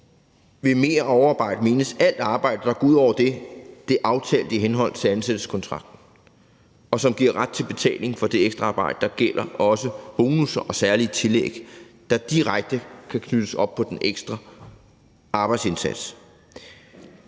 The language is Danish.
med mer- og overarbejde menes alt arbejde, der går ud over det aftalte i henhold til ansættelseskontrakten, og som giver ret til betaling for det ekstraarbejde, der gælder, også bonusser og særlige tillæg, der direkte kan knyttes op på den ekstra arbejdsindsats